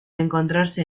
encontrarse